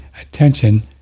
attention